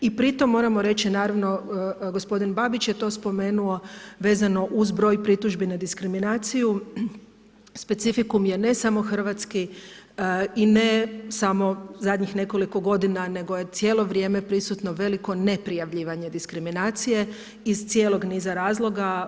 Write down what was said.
I pri tome moramo reći gospodin Babić je to spomenuo vezano uz broj pritužbi na diskriminaciju, specifikum je ne samo hrvatski i ne samo zadnjih nekoliko godina nego je cijelo vrijeme prisutno veliko ne prijavljivanje diskriminacije iz cijelog niza razloga.